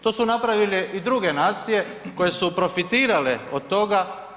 To su napravile i druge nacije koje su profitirale od toga.